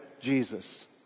Jesus